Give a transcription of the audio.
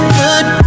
good